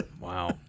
Wow